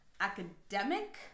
academic